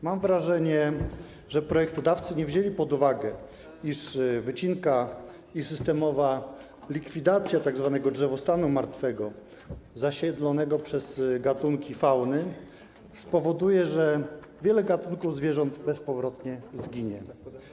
Mam wrażenie, że projektodawcy nie wzięli pod uwagę, iż wycinka i systemowa likwidacja tzw. drzewostanu martwego zasiedlonego przez gatunki fauny spowoduje, że wiele gatunków zwierząt bezpowrotnie zginie.